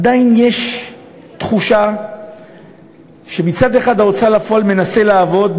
עדיין יש תחושה שמצד אחד ההוצאה לפועל מנסה לעבוד,